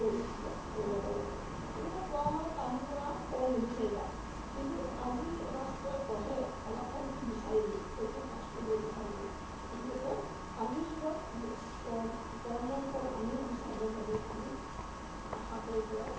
কৰি যাব লাগে কেতিয়াবা কোৱা হয় কাম কৰা ফল নিবিচাৰিবা কিন্তু আজিৰ এটা ছাত্ৰই পঢ়ে ফলাফল সি বিচাৰিবই পৰীক্ষাত পাছ কৰিব বিচাৰিবই গতিকে আজিৰ যুগত কৰ্ম কৰ্মৰ ফল আমি বিচাৰিবৰ বাবে আমি আশা কৰি পেলাই